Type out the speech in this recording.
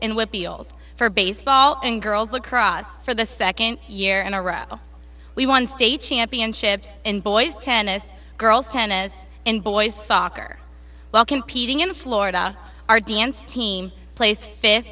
fields for baseball and girls lacrosse for the second year in a row we won state championships in boys tennis girls tennis and boys soccer while competing in florida our dance team plays fi